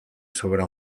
sobre